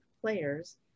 players